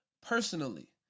personally